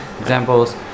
examples